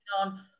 on